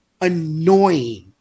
annoying